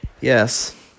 Yes